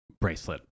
bracelet